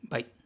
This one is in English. Bye